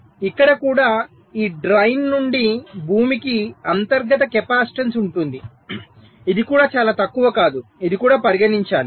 ఇక్కడ కూడా ఈ డ్రైన్ నుండి భూమికి అంతర్గత కెపాసిటెన్స్ ఉంటుంది ఇది కూడా చాలా తక్కువ కాదు ఇది కూడా పరిగణించాలి